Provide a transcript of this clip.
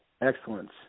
excellence